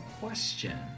question